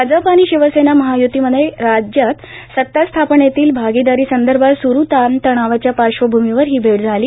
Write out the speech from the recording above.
भाजप आणि शिवसेना महाय्तीमध्ये राज्यात सतास्थापनेतील भागीदारीसंदर्भात स्रू ताणतणावाच्या पार्श्वभूमीवर ही भेट झाली